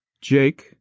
Jake